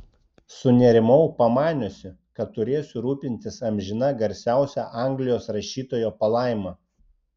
sunerimau pamaniusi kad turėsiu rūpintis amžina garsiausio anglijos rašytojo palaima